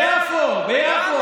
יפו, ביפו.